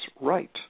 right